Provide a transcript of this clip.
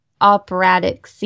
operatic